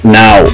now